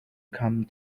come